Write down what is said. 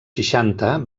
seixanta